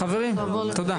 חברים, תודה.